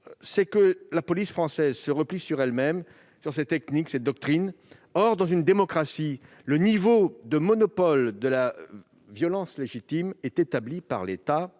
c'est que la police française se replie sur elle-même, sur ses techniques, sur sa doctrine. Or, dans une démocratie, le niveau de monopole de la violence légitime est établi par l'État.